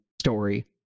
story